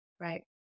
Right